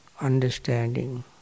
understanding